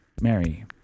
Mary